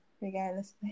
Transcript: regardless